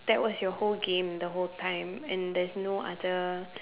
that was your whole game the whole time and there's no other